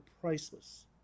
priceless